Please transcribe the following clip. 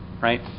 right